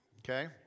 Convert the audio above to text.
okay